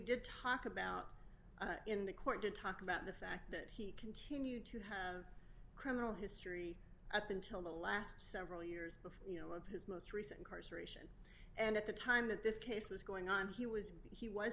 did talk about in the court to talk about the fact that he continued to have criminal history up until the last several years before his most recent cars aeration and at the time that this case was going on he was he was